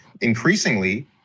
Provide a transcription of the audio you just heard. increasingly